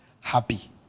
happy